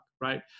right